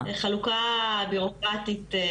זו חלוקה בירוקרטית.